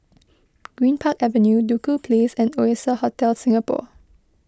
Greenpark Avenue Duku Place and Oasia Hotel Singapore